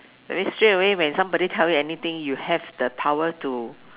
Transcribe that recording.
that means straight away when somebody tell you anything you have the power to